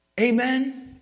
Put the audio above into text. Amen